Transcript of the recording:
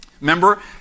Remember